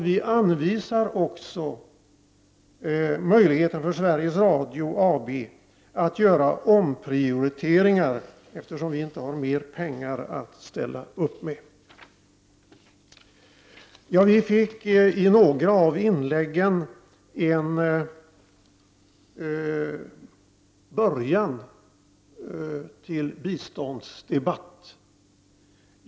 Vi anvisar också möjligheten för Sveriges Radio AB att göra omprioriteringar, eftersom vi inte kan ställa upp med mer pengar. Vi har i några av inläggen här fått början till en biståndsdebatt.